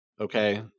okay